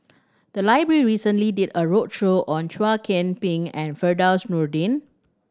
the library recently did a roadshow on Chow Ping and Firdaus Nordin